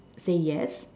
say yes